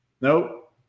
nope